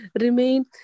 remain